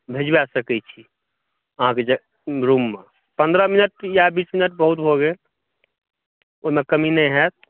भेजबा सकैत छी अहाँके रूममे पन्द्रह मिनट या बीस मिनट बहुत भऽ गेल ओहिमे कमी नहि हैत